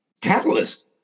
catalyst